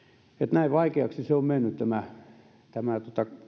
näin vaikeaksi se on mennyt myös tämä